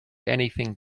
anything